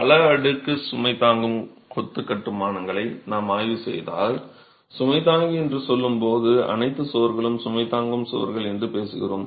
பல அடுக்கு சுமை தாங்கும் கொத்து கட்டுமானங்களை நாம் ஆய்வு செய்தால் சுமை தாங்கி என்று சொல்லும்போது அனைத்து சுவர்களும் சுமை தாங்கும் சுவர்கள் என்று பேசுகிறோம்